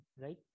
right